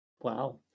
Wow